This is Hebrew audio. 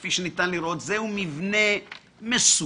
כפי שניתן לראות, זהו מבנה מסובך,